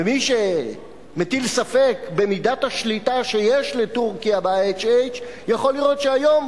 ומי שמטיל ספק במידת השליטה שיש לטורקיה ב-IHH יכול לראות שהיום,